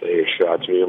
tai šiuo atveju